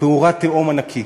פעורה תהום ענקית.